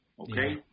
okay